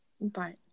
bye